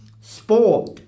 sport